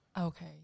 Okay